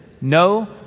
No